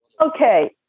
Okay